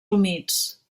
humits